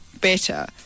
better